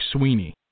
Sweeney